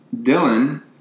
Dylan